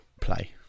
play